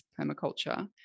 permaculture